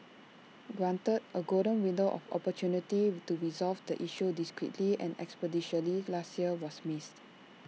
granted A golden window of opportunity to resolve the issue discreetly and expeditiously last year was missed